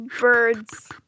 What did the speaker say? birds